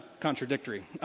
contradictory